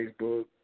Facebook